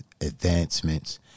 advancements